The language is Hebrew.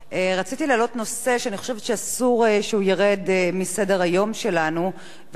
רציתי להעלות נושא שאני חושבת שאסור שהוא ירד מסדר-היום שלנו; זה נושא